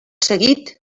seguit